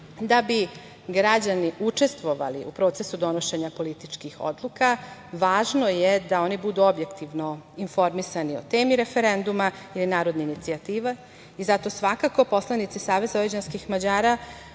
bi građani učestvovali u procesu donošenja političkih odluka važno je da oni budu objektivno informisani o temi referenduma i narodnim inicijativama i zato svakako poslanici SVM pozdravljaju